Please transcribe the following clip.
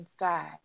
inside